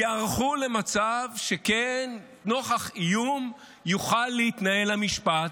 ייערכו למצב שכן, נוכח איום יוכל להתנהל המשפט.